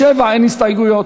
לסעיף 7 אין הסתייגויות,